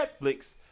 netflix